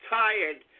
tired